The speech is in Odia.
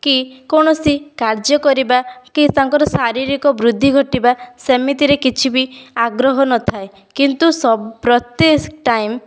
କି କୌଣସି କାର୍ଯ୍ୟ କରିବା କି ତାଙ୍କର ଶାରୀରିକ ବୃଦ୍ଧି ଘଟିବା ସେମିତିରେ କିଛି ବି ଆଗ୍ରହ ନଥାଏ କିନ୍ତୁ ସବ ପ୍ରତ୍ଯେକ ଟାଇମ